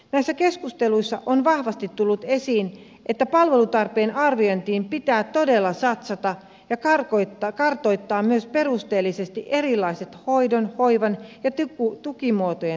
näissä keskusteluissa on vahvasti tullut esiin että palvelutarpeen arviointiin pitää todella satsata ja kartoittaa myös perusteellisesti erilaiset hoidon hoivan ja tukimuotojen vaihtoehdot